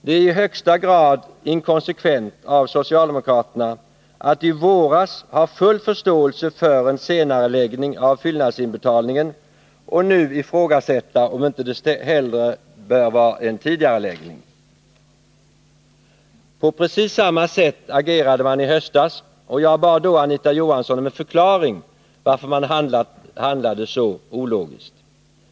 Det är i högsta grad inkonsekvent av socialdemokraterna att efter att i våras ha haft full förståelse för en senareläggning av fyllnadsinbetalningen nu ifrågasätta en tidigareläggning. På precis samma sätt agerade man i höstas, och jag bad då Anita Johansson om en förklaring till att man handlade så ologiskt.